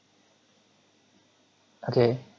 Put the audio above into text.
okay